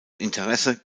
interesse